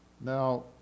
now